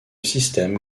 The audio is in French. système